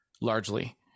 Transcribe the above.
largely